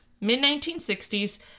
mid-1960s